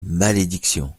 malédiction